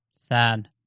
Sad